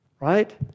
right